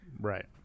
Right